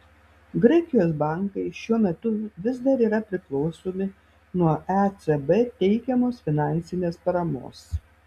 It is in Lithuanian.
graikijos bankai šiuo metu vis dar yra priklausomi nuo ecb teikiamos finansinės paramos